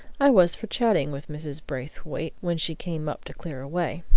i was for chatting with mrs. braithwaite when she came up to clear away.